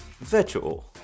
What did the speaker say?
virtual